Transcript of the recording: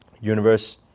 universe